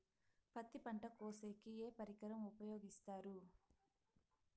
పత్తి పంట కోసేకి ఏ పరికరం ఉపయోగిస్తారు?